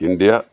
India